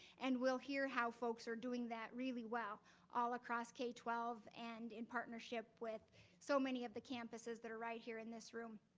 and we'll hear how folks are doing that really well all across k twelve and in partnership with so many of the campuses that are right here in this room.